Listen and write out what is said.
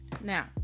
Now